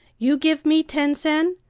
you give me ten sen,